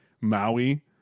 Maui